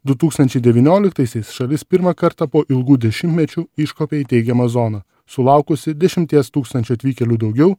du tūkstančiai devynioliktaisiais šalis pirmą kartą po ilgų dešimtmečių iškopė į teigiamą zoną sulaukusi dešimties tūkstančių atvykėlių daugiau